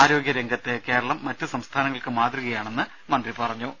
ആരോഗ്യ രംഗത്ത് കേരളം മറ്റ് സംസ്ഥാനങ്ങൾക്ക് മാതൃകയാണെന്ന് അദ്ദേഹം പറഞ്ഞു